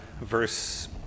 verse